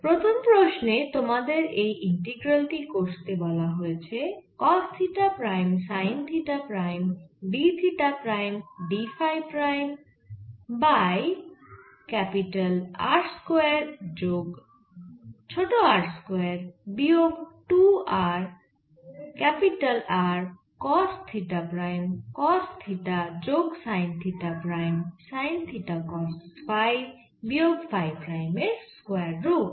প্রথম প্রশ্নে তোমাদের এই ইন্টিগ্রাল টি কষতে বলা হয়েছে cos theta prime sine theta prime d theta prime d phi prime by R square যোগ ছোট r স্কয়ার বিয়োগ 2 r capital R cos theta prime cos theta যোগ sine theta prime sine theta cos phi বিয়োগ phi prime এর square root